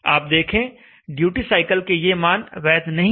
आप देखें duty cycle के ये मान वैध नहीं हैं